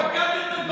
בגדתם בהם.